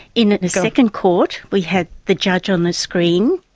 in the second court we had the judge on the screen,